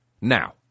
Now